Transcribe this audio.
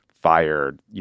fired